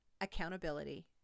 accountability